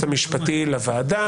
מירב, אני קורא לסדר, לדעתי פעם שנייה.